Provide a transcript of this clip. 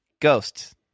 Ghosts